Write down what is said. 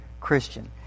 Christian